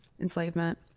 enslavement